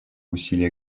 усилия